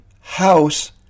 house